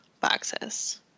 boxes